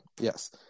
yes